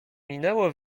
minęło